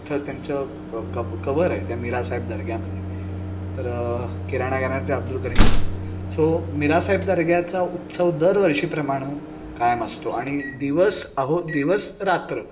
तिथं त्यांचं क कबर आहे त्या मिरासाहेब दर्ग्यामध्ये तर किराणा घराण्याचे अब्दुल करीम साब सो मिरासाहेब दर्ग्याचा उत्सव दरवर्षीप्रमाणं कायम असतो आणि दिवस अहो दिवसरात्र